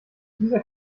dieser